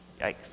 Yikes